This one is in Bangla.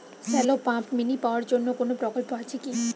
শ্যালো পাম্প মিনি পাওয়ার জন্য কোনো প্রকল্প আছে কি?